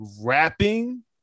rapping